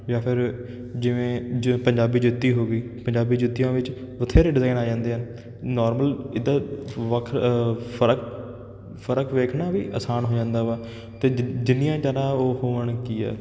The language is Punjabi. ਜਾਂ ਫਿਰ ਜਿਵੇਂ ਜਿਵੇਂ ਪੰਜਾਬੀ ਜੁੱਤੀ ਹੋ ਗਈ ਪੰਜਾਬੀ ਜੁੱਤੀਆਂ ਵਿੱਚ ਬਥੇਰੇ ਡਿਜ਼ਾਇਨ ਆ ਜਾਂਦੇ ਹਨ ਨੋਰਮਲ ਇੱਦਾਂ ਵੱਖ ਫਰਕ ਫਰਕ ਵੇਖਣਾ ਵੀ ਆਸਾਨ ਹੋ ਜਾਂਦਾ ਵਾ ਅਤੇ ਜਿ ਜਿੰਨੀਆਂ ਜ਼ਿਆਦਾ ਉਹ ਹੋਣ ਕੀ ਹੈ